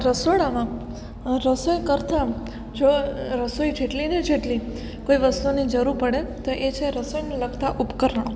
રસોડામાં રસોઈ કરતાં જો રસોઈ જેટલી ને જેટલી કોઈ વસ્તુની જરૂર પડે તો એ છે રસોઈને લગતાં ઉપકરણો